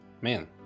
man